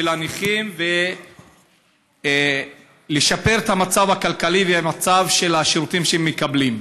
הנכים ולשפר את המצב הכלכלי והמצב של השירותים שהם מקבלים.